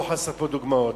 לא חסרות פה דוגמאות,